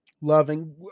Loving